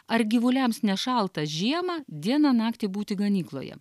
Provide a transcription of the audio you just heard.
ar gyvuliams nešalta žiemą dieną naktį būti ganykloje